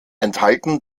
enthalten